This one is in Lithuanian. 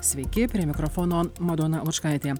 sveiki prie mikrofono madona lučkaitė